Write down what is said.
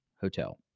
Hotel